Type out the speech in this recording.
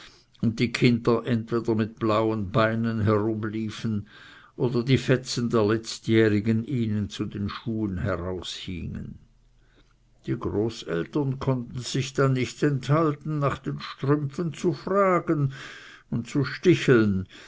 und die kinder entweder mit blauen beinen herumliefen oder die fetzen der letztjährigen ihnen zu den schuhen heraushingen die großeltern konnten sich dann nicht enthalten nach den strümpfen zu fragen und zu sticheln